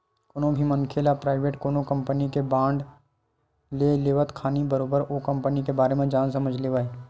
कोनो भी मनखे ल पराइवेट कोनो कंपनी के बांड ल लेवत खानी बरोबर ओ कंपनी के बारे म जान समझ लेवय